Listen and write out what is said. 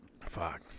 Fuck